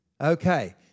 Okay